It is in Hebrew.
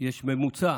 יש ממוצע